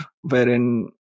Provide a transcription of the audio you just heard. wherein